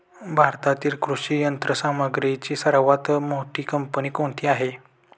भारतातील कृषी यंत्रसामग्रीची सर्वात मोठी कंपनी कोणती आहे?